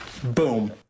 Boom